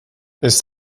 ist